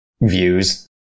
views